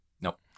Nope